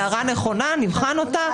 הערה נכונה, נבחן אותה.